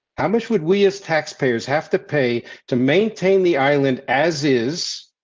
how much would we, as taxpayers have to pay to maintain the island as is.